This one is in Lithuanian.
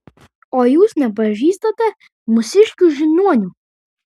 o jūs nepažįstate mūsiškių žiniuonių